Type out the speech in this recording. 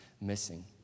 missing